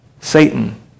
Satan